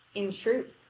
in truth,